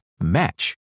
match